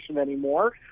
anymore